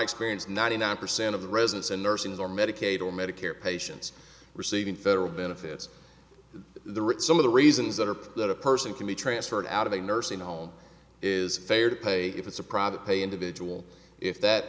experience ninety nine percent of the residents and nurses are medicaid or medicare patients receiving federal benefits the rich some of the reasons that are that a person can be transferred out of a nursing home is fair to pay if it's a private pay individual if that